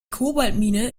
kobaltmine